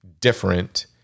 different